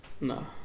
No